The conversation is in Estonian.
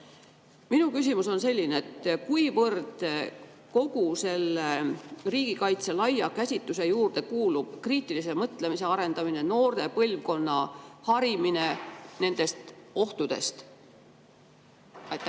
Minu küsimus on selline: kuivõrd kogu selle riigikaitse laia käsituse juurde kuulub kriitilise mõtlemise arendamine, noore põlvkonna harimine nende ohtude teemal? Aitäh,